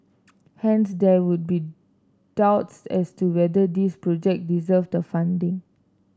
hence there would be doubts as to whether these project deserved the funding